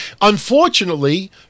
Unfortunately